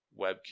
webcam